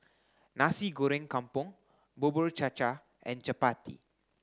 Nasi Goreng Kampung Bubur Cha Cha and Chappati